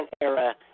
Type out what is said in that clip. era